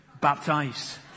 Baptized